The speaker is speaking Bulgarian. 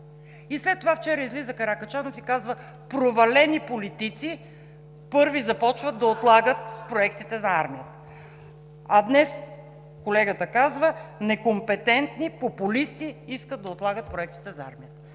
И след това вчера излиза Каракачанов и казва: провалени политици първи започват да отлагат проектите на армията. А днес колегата казва: некомпетентни популисти искат да отлагат проектите за армията.